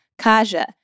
Kaja